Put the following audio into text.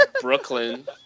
Brooklyn